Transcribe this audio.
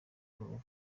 rubavu